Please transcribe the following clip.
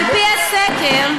על-פי הסקר,